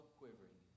quivering